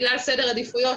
בגלל סדר עדיפויות,